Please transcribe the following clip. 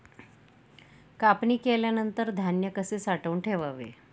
कापणी केल्यानंतर धान्य कसे साठवून ठेवावे?